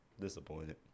Disappointed